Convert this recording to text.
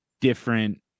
different